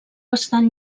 estan